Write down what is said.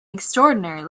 extraordinary